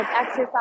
exercise